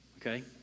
Okay